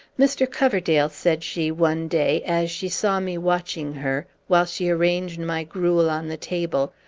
mr. coverdale, said she one day, as she saw me watching her, while she arranged my gruel on the table,